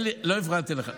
אבל השר, למה צריך בקשה?